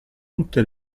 tutte